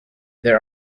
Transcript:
these